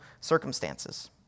circumstances